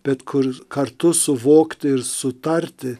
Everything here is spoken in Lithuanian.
bet kur kartu suvokti ir sutarti